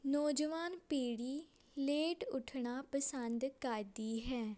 ਨੌਜਵਾਨ ਪੀੜੀ ਲੇਟ ਉਠਣਾ ਪਸੰਦ ਕਰਦੀ ਹੈ